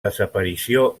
desaparició